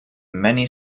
many